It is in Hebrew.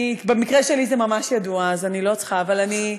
במקרה שלי זה ממש ידוע, אז אני לא צריכה, אבל אני,